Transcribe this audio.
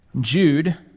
Jude